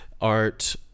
art